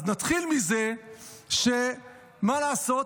אז נתחיל מזה שמה לעשות,